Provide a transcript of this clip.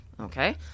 okay